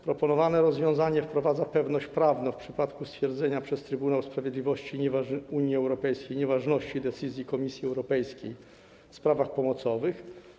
Proponowane rozwiązanie wprowadza pewność prawną w przypadku stwierdzenia przez Trybunał Sprawiedliwości Unii Europejskiej nieważności decyzji Komisji Europejskiej w sprawach pomocowych.